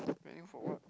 waiting for what